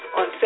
on